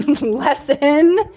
Lesson